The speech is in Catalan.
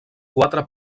quatre